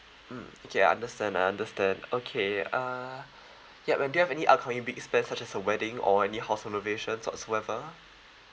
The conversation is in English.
mm okay I understand I understand okay uh yup and do have any upcoming big spend such as a wedding or any house renovations whatsoever